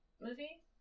movie